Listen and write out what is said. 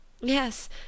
Yes